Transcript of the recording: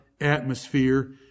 atmosphere